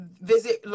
visit